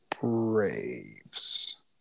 Braves